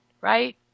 right